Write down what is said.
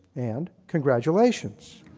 and congratulations.